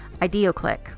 Ideoclick